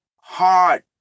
hard